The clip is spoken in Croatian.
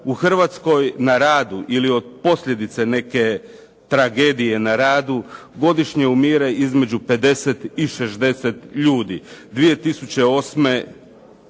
U Hrvatskoj na radu ili od posljedica neke tragedije na radu godišnje umire između 50 i 60 ljudi. 2008.